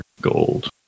gold